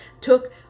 took